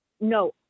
no